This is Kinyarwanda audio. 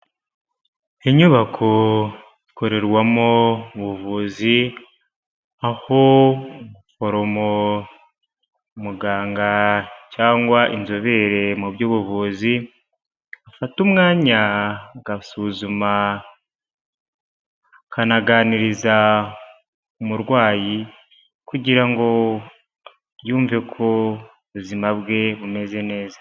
Inyubako ikorerwamo ubuvuzi, aho umuforomo muganga cyangwa inzobere mu by'ubuvuzi, afata umwanya agasuzuma akanaganiriza umurwayi, kugira ngo yumve ko ubuzima bwe bumeze neza.